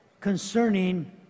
concerning